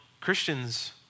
Christians